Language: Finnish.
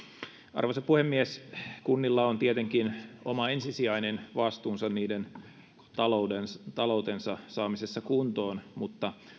arvoisa puhemies kunnilla on tietenkin oma ensisijainen vastuunsa taloutensa taloutensa saamisessa kuntoon mutta